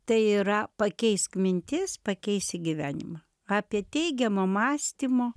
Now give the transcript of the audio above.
tai yra pakeisk mintis pakeisi gyvenimą apie teigiamo mąstymo